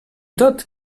thought